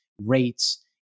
rates